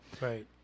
right